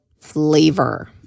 flavor